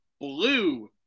blue